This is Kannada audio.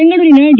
ಬೆಂಗಳೂರಿನ ಡಿ